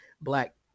black